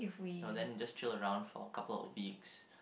no then just chill around for a couple of weeks